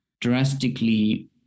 drastically